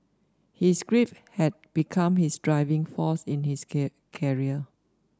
his grief had become his driving force in his career